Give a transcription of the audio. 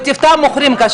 אז בטיב טעם מוכרים כשר?